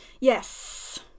Yes